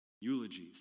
eulogies